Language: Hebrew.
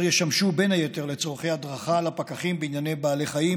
והם ישמשו בין היתר לצורכי הדרכה לפקחים בענייני בעלי חיים,